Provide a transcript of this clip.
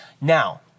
Now